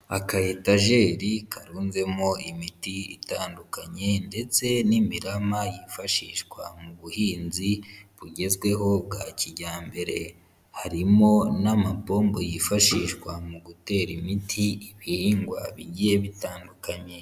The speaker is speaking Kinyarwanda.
Akayetajeri karunzemo imiti itandukanye ndetse n'imirama yifashishwa mu buhinzi bugezweho bwa kijyambere. Harimo n'amapombo yifashishwa mu gutera imiti ibihingwa bigiye bitandukanye.